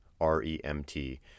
REMT